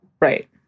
Right